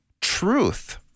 truth